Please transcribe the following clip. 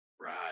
Right